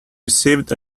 received